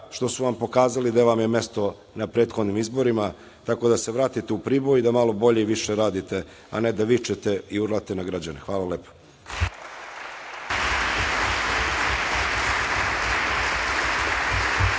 što su vam pokazali gde vam je mesto na prethodnim izborima. Tako da se vratite u Priboj i da malo bolje i više radite, a ne da vičete i urlate na građane. Hvala lepo.